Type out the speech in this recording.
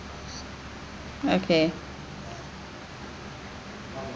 okay